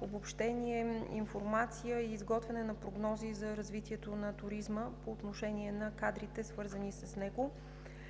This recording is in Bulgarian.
обобщение, информация и изготвяне на прогнози за развитието на туризма по отношение на кадрите, свързани с него.